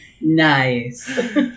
Nice